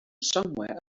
somewhere